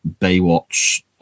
Baywatch